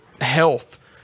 health